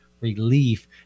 relief